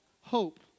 hope